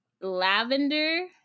Lavender